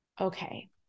okay